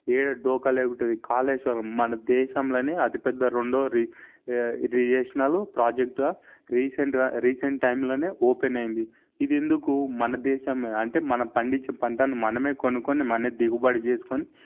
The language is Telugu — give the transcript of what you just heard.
ఏ డోకా లేకుంటది కాళేశ్వరం మన దేశంలోనే అతి పెద్ద రెండో రి రియేషనల్ ప్రాజెక్టుగా రీసెంట్గా రీసెంట్ టైంలోనే ఓపెన్ అయింది ఇది ఎందుకు మన దేశమే అంటే మనం పండించిన పంటను మనమే కొనుక్కొని మనమే దిగుబడి చేసుకుని